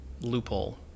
loophole